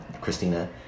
Christina